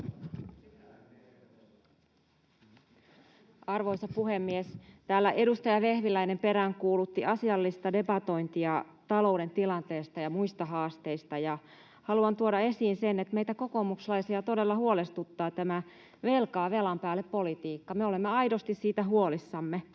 Arvoisa puhemies! Täällä edustaja Vehviläinen peräänkuulutti asiallista debatointia talouden tilanteesta ja muista haasteista. Haluan tuoda esiin sen, että meitä kokoomuslaisia todella huolestuttaa tämä velkaa velan päälle -politiikka. Me olemme aidosti siitä huolissamme.